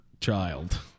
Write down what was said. child